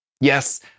Yes